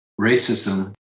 racism